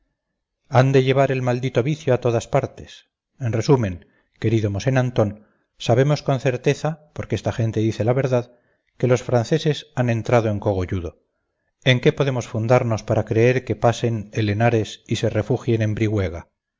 han de llevar el maldito vicio a todas partes en resumen querido mosén antón sabemos con certeza porque esta gente dice la verdad que los franceses han entrado en cogolludo en qué podemos fundamos para creer que pasen el henares y se refugien en